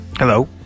Hello